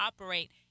operate